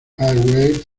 airways